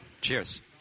Cheers